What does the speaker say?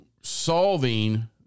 solving